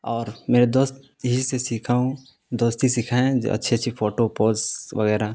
اور میرے دوست ہی سے سیکھا ہوں دوست ہی سکھائے ہیں جو اچھی اچھی فوٹو پوز وغیرہ